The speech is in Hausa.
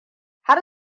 har